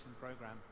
Program